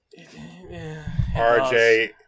RJ